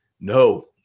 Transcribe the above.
No